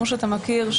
כמו שאתה מכיר,